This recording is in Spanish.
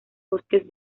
bosques